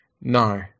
No